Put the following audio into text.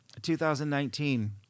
2019